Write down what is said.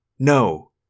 No